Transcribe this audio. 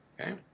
okay